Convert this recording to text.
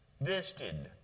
visited